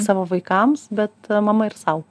savo vaikams bet mama ir sau